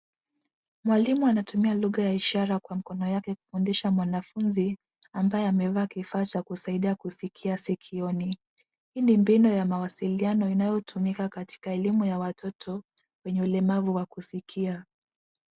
Mwalimu anatumia lugha ya ishara kwa mkono yake kufundisha mwanafunzi ambaye amevaa kifaa cha kusaidia kusikia sikioni. Hii ni mbinu ya mawasiliano inayotumika katika elimu ya watoto wenye ulemavu wa kusikia.